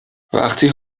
وقتی